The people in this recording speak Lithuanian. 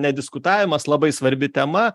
nediskutavimas labai svarbi tema